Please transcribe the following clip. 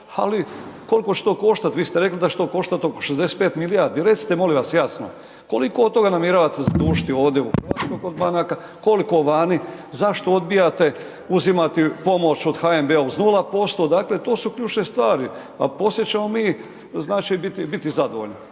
ali koliko će to koštat, vi ste rekli da će to koštat oko 65 milijardi. Recite molim vas jasno, koliko od toga namjeravate zadužiti ovdje u Hrvatskoj kod banaka, koliko vani, zašto odbijate uzimati pomoć od HNB-a uz 0%, dakle to su ključne stvari. A poslije ćemo mi znači biti zadovoljni.